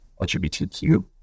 LGBTQ